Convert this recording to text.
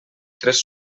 tres